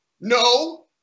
no